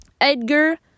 Edgar